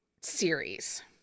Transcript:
series